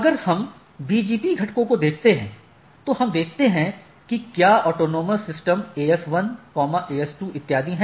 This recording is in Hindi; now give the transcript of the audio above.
अगर हम BGP घटकों को देखते हैं तो हम देखते हैं कि क्या यह ऑटॉनमस सिस्टम AS1 AS2 इत्यादि हैं